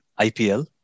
IPL